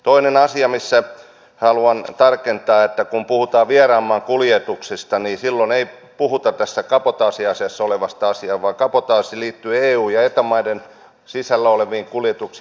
toinen asia minkä haluan tarkentaa on että kun puhutaan vieraan maan kuljetuksista niin silloin ei puhuta tästä kabotaasiasiassa olevasta asiasta vaan kabotaasi liittyy eu ja eta maiden sisällä oleviin kuljetuksiin